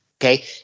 Okay